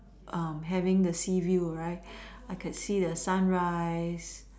having the sea view I could see the sunrise